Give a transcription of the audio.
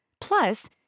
Plus